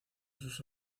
sus